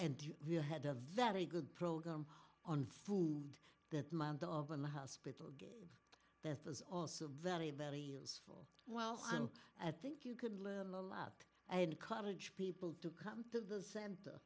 and we had a very good program on food that my dog and the hospital that was also very very useful well i think you could learn a lot i encourage people to come to the center